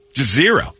Zero